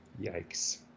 Yikes